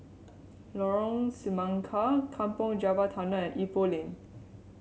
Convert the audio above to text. Lorong Semangka Kampong Java Tunnel and Ipoh Lane